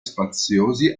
spaziosi